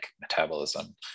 metabolism